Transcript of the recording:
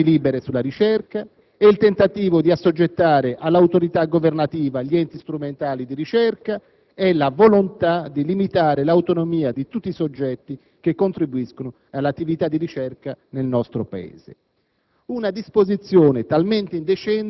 È la richiesta di avere le mani libere sulla ricerca. È il tentativo di assoggettare all'autorità governativa gli enti strumentali di ricerca. È la volontà di limitare l'autonomia di tutti i soggetti che contribuiscono all'attività di ricerca nel nostro Paese.